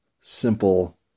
simple